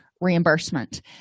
reimbursement